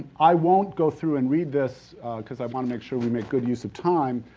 i won't go through and read this because i wanna make sure we make good use of time,